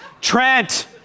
Trent